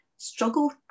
struggle